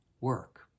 work